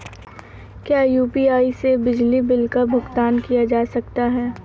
क्या यू.पी.आई से बिजली बिल का भुगतान किया जा सकता है?